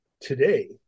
today